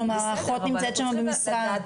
כלומר האחות נמצאת שם במשרה.